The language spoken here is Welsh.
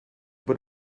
bod